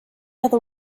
other